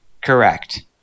Correct